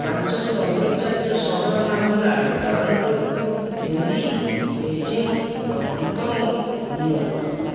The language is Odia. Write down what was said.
ପାଞ୍ଚଟି ଆନ୍ତର୍ଜାତୀୟ ସହରର ନାମ ହେଲା Toronto Delhi Beijing Hong Kong New York